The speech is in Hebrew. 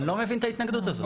אני לא מבין את ההתנגדות הזאת.